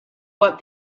what